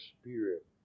spirit